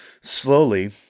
slowly